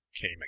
came